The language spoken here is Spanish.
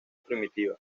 primitiva